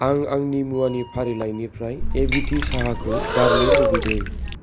आं आंनि मुवानि फारिलाइनिफ्राय एविटि साहाखौ गारनो लुबैदों